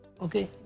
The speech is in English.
okay